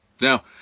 Now